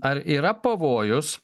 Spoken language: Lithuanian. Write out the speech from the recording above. ar yra pavojus